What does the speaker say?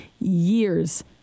years